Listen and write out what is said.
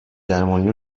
درمانی